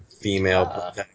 female